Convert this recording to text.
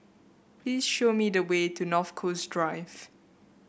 please show me the way to North Coast Drive